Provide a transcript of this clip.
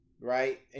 Right